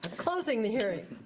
closing the hearing.